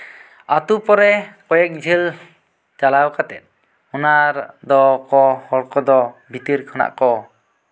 ᱟᱛᱩ ᱯᱚᱨᱮ ᱠᱚᱭᱮᱠ ᱡᱷᱟᱹᱞ ᱪᱟᱞᱟᱣ ᱠᱟᱛᱮᱫ ᱚᱱᱟ ᱫᱚ ᱠᱚ ᱦᱚᱲ ᱠᱚᱫᱚ ᱵᱷᱤᱛᱤᱨ ᱠᱷᱚᱱᱟᱜ ᱠᱚ